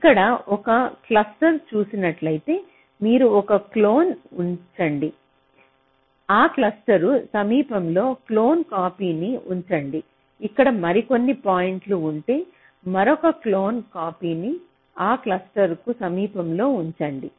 ఇక్కడ ఒక క్లస్టర్ను చూసినట్లయితే మీరు ఒక క్లోన్ ఉంచండి ఆ క్లస్టర్కు సమీపంలో క్లోన్ కాపీని ఉంచండి అక్కడ మరికొన్ని పాయింట్లు ఉంటే మరొక క్లోన్ కాపీని ఆ క్లస్టర్కు సమీపంలో ఉంచండి